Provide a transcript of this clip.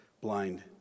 blind